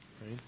right